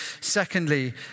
Secondly